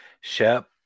Shep